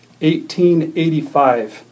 1885